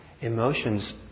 emotions